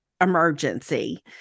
emergency